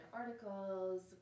articles